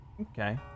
okay